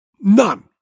None